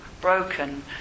broken